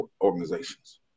organizations